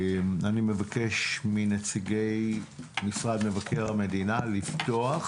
אני מבקש מנציגי משרד מבקר המדינה לפתוח